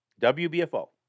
WBFO